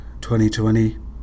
2020